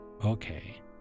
okay